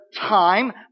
time